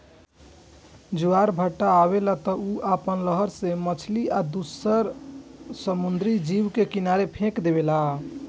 जब ज्वार भाटा आवेला त उ आपना लहर से मछली आ दुसर समुंद्री जीव के किनारे फेक देवेला